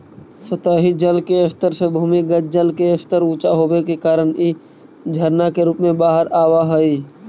सतही जल के स्तर से भूमिगत जल के स्तर ऊँचा होवे के कारण इ झरना के रूप में बाहर आवऽ हई